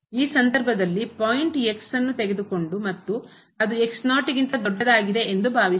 ಈ ಸಂದರ್ಭದಲ್ಲಿ ಪಾಯಿಂಟ್ ನ್ನು ತೆಗೆದುಕೊಂಡು ಮತ್ತು ಅದು ಗಿಂತ ದೊಡ್ಡದಾಗಿದೆ ಎಂದು ಭಾವಿಸಿಸೋಣ